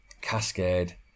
cascade